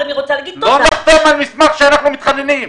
אבל אני רוצה --- לא נחתום על שאנחנו מתחננים.